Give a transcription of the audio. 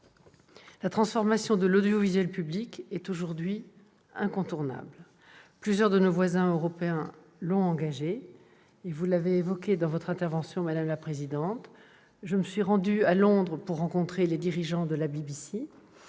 La transformation de l'audiovisuel public est aujourd'hui incontournable. Plusieurs de nos voisins européens l'ont engagée, comme vous l'avez évoqué dans votre intervention, madame la présidente de la commission. C'est pourquoi je me suis rendue à Londres afin de rencontrer les dirigeants de la BBC